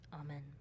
Amen